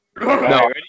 No